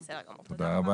בסדר גמור, תודה רבה.